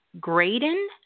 Graydon